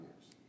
years